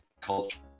culture